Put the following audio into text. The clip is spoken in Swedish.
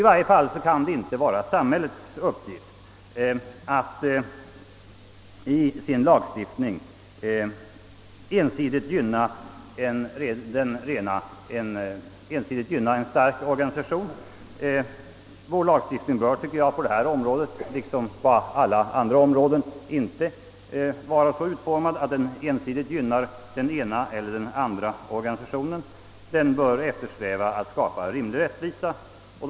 I varje fall kan det inte vara samhällets uppgift att i sin lagstiftning ensidigt gynna en stark organisation. Vår lagstiftning bör på detta liksom på alla andra områden inte vara så utformad, att den ensidigt gynnar den ena eller den andra organisationen. Den bör eftersträva att skapa rimlig grad av rättvisa.